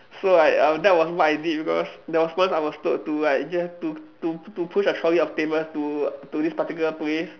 so like um that was what I did because there was once I was told to like just to to to push a trolley of tables to to this particular place